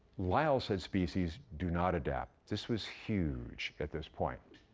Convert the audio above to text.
lyell said species do not adapt. this was huge at this point.